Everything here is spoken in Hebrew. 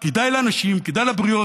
כדאי לאנשים, כדאי לבריות,